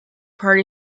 party